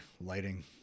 lighting